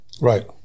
Right